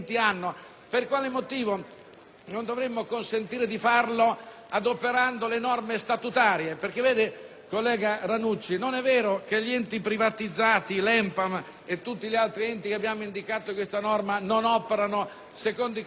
la loro attività adoperando le norme statutarie? Vede, collega Ranucci, non è vero che gli enti privatizzati, l'ENPAM e tutti gli altri enti che abbiamo indicato in questa norma, non operano secondo i criteri di trasparenza e di pubblicità: